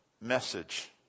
message